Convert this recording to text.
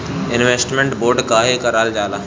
Investment bond काहे कारल जाला?